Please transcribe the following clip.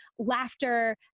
laughter